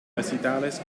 recitales